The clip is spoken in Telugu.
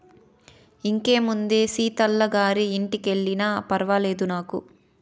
ఇంకేముందే సీతల్లి గారి ఇంటికెల్లినా ఫర్వాలేదు నాకు